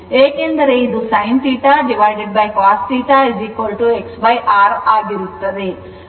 ಏಕೆಂದರೆ ಇದು sin θcos θ XR ಆಗಿರುತ್ತದೆ